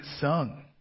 sung